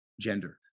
gender